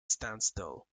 standstill